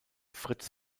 fritz